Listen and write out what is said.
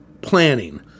planning